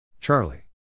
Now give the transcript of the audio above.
Charlie